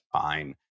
fine